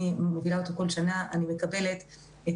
אני מובילה אותו כל שנה אני מקבלת את